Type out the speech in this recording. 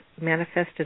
manifested